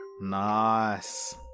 Nice